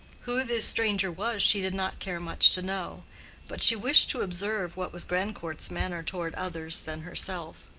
who this stranger was she did not care much to know but she wished to observe what was grandcourt's manner toward others than herself.